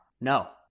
No